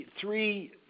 three